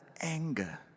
anger